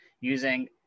using